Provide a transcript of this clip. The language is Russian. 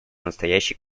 настоящей